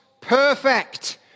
perfect